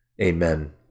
amen